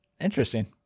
interesting